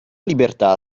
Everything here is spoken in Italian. libertà